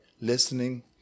listening